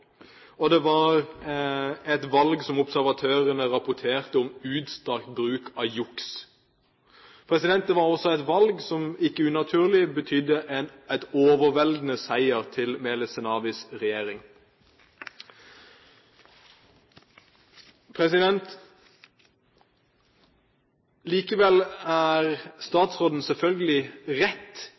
Og det var et valg hvor observatørene rapporterte om utstrakt bruk av juks. Det var også et valg som ikke unaturlig betydde en overveldende seier til Meles Zenawis regjering. Likevel har statsråden selvfølgelig rett